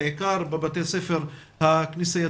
בעיקר בבתי ספר הכנסייתיים,